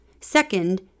Second